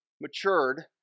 matured